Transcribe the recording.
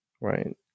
right